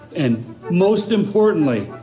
and most importantly.